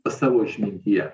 savo išmintyje